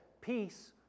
peace